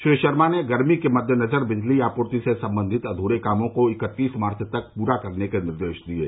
श्री शर्मा ने गर्मी के मद्देनज़र बिजली आपूर्ति से सम्बन्धित अध्रे कामों को इकत्तीस मार्च तक पूरा करने के निर्देश दिये